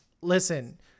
listen